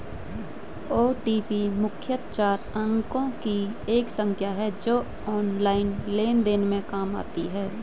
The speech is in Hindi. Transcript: ओ.टी.पी मुख्यतः चार अंकों की एक संख्या है जो ऑनलाइन लेन देन में काम आती है